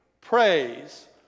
praise